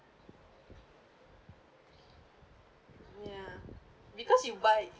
ya because you buy